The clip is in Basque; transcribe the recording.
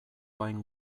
hain